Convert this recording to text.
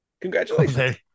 Congratulations